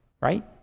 right